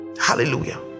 Hallelujah